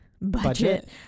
Budget